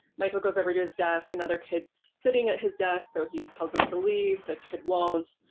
michael goes over to his desk and other kids sitting at his desk so he tells them to leave. the kid won't.